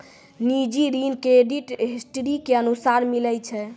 निजी ऋण credit history के अनुसार मिलै छै